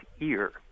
ear